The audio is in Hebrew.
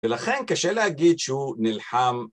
ולכן קשה להגיד שהוא נלחם